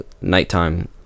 nighttime